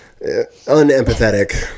Unempathetic